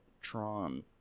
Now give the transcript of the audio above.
Tron